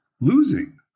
losing